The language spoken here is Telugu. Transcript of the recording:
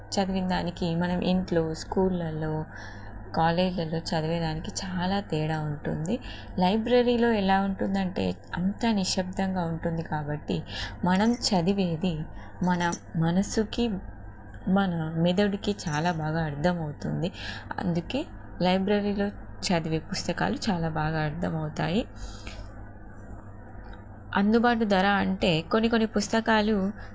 చదివిన్దానికి మనం ఇంట్లో స్కూళ్ళలో కాలేజీలల్లో చదివే దానికి చాలా తేడా ఉంటుంది లైబ్రరీలో ఎలా ఉంటుందంటే అంత నిశ్శబ్దంగా ఉంటుంది కాబట్టి మనం చదివేది మనం మనసుకి మన మెదడుకి చాలా బాగా అర్థమవుతుంది అందుకే లైబ్రరీలో చదివే పుస్తకాలు చాలా బాగా అర్థమవుతాయి అందుబాటు ధర అంటే కొన్ని కొన్ని పుస్తకాలు